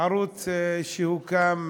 ערוץ שהוקם